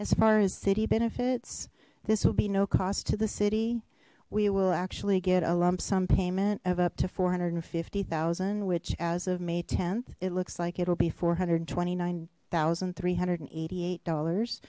as far as city benefits this will be no cost to the city we will actually get a lump sum payment of to four hundred and fifty thousand which as of may th it looks like it'll be four hundred and twenty nine thousand three hundred and eighty eight dollars